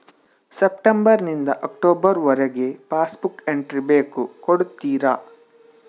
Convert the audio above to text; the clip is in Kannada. ಸೆಪ್ಟೆಂಬರ್ ನಿಂದ ಅಕ್ಟೋಬರ್ ವರಗೆ ಪಾಸ್ ಬುಕ್ ಎಂಟ್ರಿ ಬೇಕು ಕೊಡುತ್ತೀರಾ?